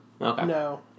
No